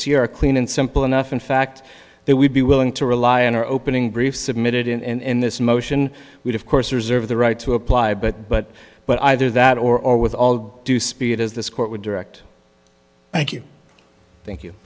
here are clean and simple enough in fact that we'd be willing to rely on our opening brief submitted in this motion we'd of course reserve the right to apply but but but either that or with all due speed as this court would direct thank you thank you